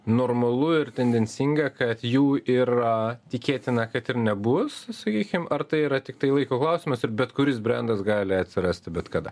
normalu ir tendencinga kad jų ir tikėtina kad ir nebus sakykim ar tai yra tiktai laiko klausimas ir bet kuris brendas gali atsirasti bet kada